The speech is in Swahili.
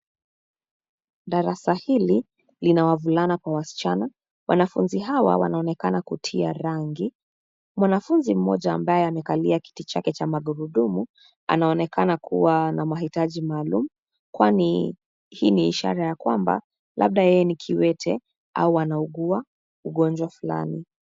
Darasa hili lina wavulana kwa wasichana. Wanafunzi hawa wanaonekana kutia rangi. Mwanafunzi mmoja ambaye amekalia kiti chake cha magurudumu anaonekana kuwa ana mahitaji maalum kwani hii ni ishara ya kwamba labda yeye ni kiwete au anaugua ugonjwa fulani.